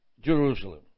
Jerusalem